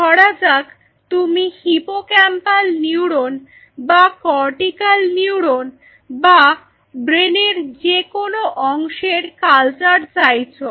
ধরা যাক তুমি হিপোক্যাম্পাল নিউরন বা কর্টিক্যাল নিউরন বা ব্রেনের যে কোন অংশের কালচার চাইছো